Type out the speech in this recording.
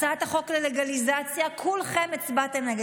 הצעת החוק ללגליזציה, כולכם הצבעתם נגד.